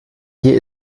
hier